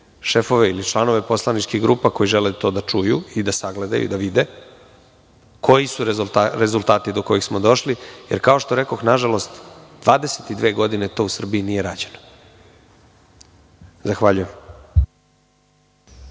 šefove ili članove poslaničkih grupa koji žele to da čuju i da sagledaju, da vide koji su rezultati do kojih su došli, jer kao što rekoh, nažalost, 22 godine to u Srbiji nije rađeno. Zahvaljujem.